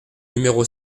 numéro